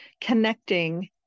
connecting